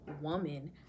woman